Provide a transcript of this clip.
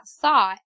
thought